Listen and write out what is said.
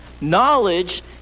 Knowledge